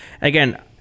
Again